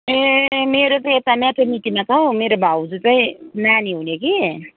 ए मेरो चाहिँ यता म्याटर्निटीमा छ हौ मेरो भाउजू चाहिँ नानी हुने कि